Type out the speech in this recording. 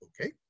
Okay